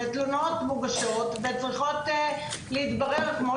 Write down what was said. ותלונות מוגשות וצריכות להתברר כמו